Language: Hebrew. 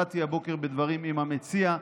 באתי הבוקר בדברים עם המציע,